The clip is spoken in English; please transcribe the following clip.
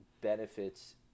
benefits